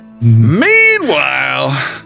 Meanwhile